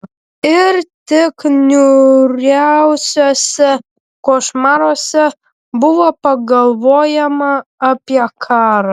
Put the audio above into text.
ir tik niūriausiuose košmaruose buvo pagalvojama apie karą